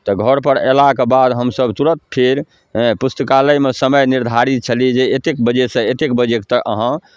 घरपर अएलाके बाद हमसभ तुरन्त फेर हेँ पुस्तकालयमे समय निर्धारित छलै जे एतेक बजेसँ एतेक बजे तक अहाँ